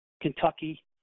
Kentucky